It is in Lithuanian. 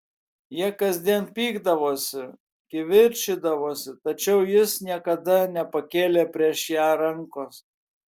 jie kasdien pykdavosi kivirčydavosi tačiau jis niekada nepakėlė prieš ją rankos